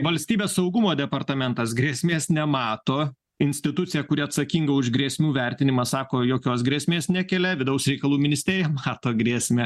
valstybės saugumo departamentas grėsmės nemato institucija kuri atsakinga už grėsmių vertinimą sako jokios grėsmės nekelia vidaus reikalų ministerija mato grėsmę